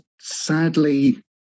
sadly